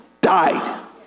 died